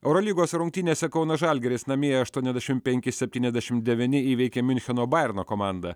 eurolygos rungtynėse kauno žalgiris namie aštuoniasdešim penki septyniasdešim devyni įveikė miuncheno bajerno komandą